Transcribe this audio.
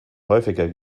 häufiger